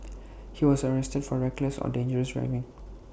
he was arrested for reckless or dangerous driving